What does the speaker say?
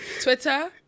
Twitter